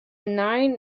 nine